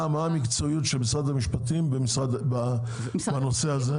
המקצועיות של משרד המשפטים בנושא הזה?